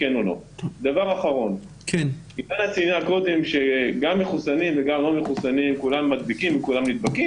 ה-20% הנוספים - צריך להיות הגונים,